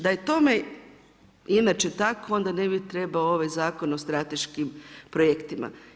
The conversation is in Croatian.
Da je tome inače tako onda ne bi trebao ovaj Zakon o strateškim projektima.